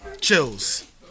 Chills